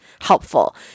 helpful